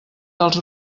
als